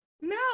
No